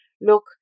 Look